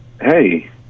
Hey